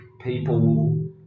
people